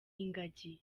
ingagi